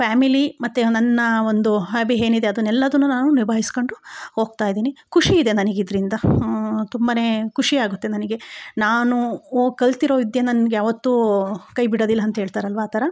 family ಮತ್ತು ನನ್ನ ಒಂದು ಹ್ಯಾಬಿ ಏನಿದೆ ಅದನ್ನೆಲ್ಲದ್ದನ್ನು ನಾನು ನಿಭಾಯಿಸಿಕೊಂಡು ಹೋಗ್ತಾ ಇದ್ದೀನಿ ಖುಷಿ ಇದೆ ನನಗೆ ಇದರಿಂದ ತುಂಬಾ ಖುಷಿ ಆಗುತ್ತೆ ನನಗೆ ನಾನು ಒ ಕಲ್ತಿರೋ ವಿದ್ಯೆ ನಂಗೆ ಯಾವತ್ತೂ ಕೈ ಬಿಡೋದಿಲ್ಲ ಅಂತ ಹೇಳ್ತಾರಲ್ವ ಆ ಥರ